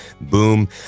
boom